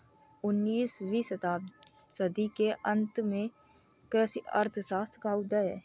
उन्नीस वीं सदी के अंत में कृषि अर्थशास्त्र का उदय हुआ